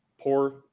poor